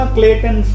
Clayton